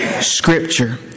Scripture